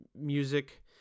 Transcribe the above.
music